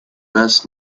best